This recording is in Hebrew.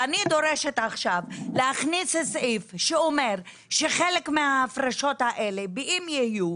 ואני דורשת עכשיו להכניס סעיף שאומר שחלק מההפרשות האלה אם יהיו,